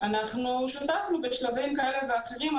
אנחנו שותפנו בשלבים כאלה ואחרים.